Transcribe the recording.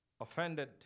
Offended